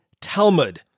Talmud